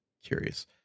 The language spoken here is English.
Curious